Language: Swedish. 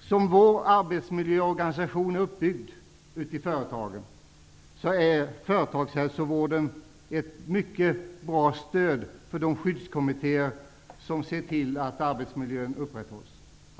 Som vår arbetsmiljöorganisation är uppbyggd ute i företagen, är företagshälsovården ett mycket bra stöd för de skyddskommittéer som ser till att arbetsmiljön upprätthålls.